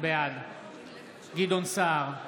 בעד גדעון סער,